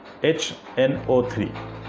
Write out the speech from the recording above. HNO3